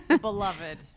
Beloved